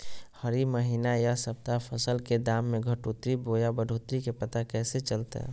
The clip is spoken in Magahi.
हरी महीना यह सप्ताह फसल के दाम में घटोतरी बोया बढ़ोतरी के पता कैसे चलतय?